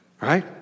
right